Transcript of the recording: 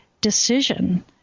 decision